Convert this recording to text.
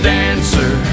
dancer